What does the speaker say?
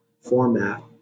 format